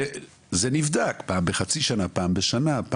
זה נבדק פעם בחצי שנה, פעם בשנה.